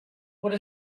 what